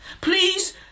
Please